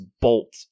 bolt